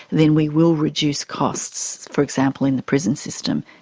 then we will reduce costs, for example in the prison system,